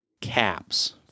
caps